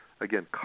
again